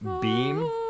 Beam